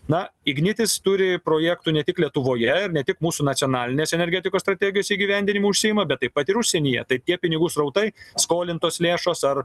na ignitis turi projektų ne tik lietuvoje ne tik mūsų nacionalinės energetikos strategijos įgyvendinimu užsiima bet taip pat ir užsienyje tai tie pinigų srautai skolintos lėšos ar